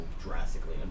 drastically